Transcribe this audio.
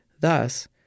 Thus